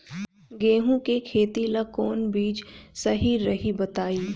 गेहूं के खेती ला कोवन बीज सही रही बताई?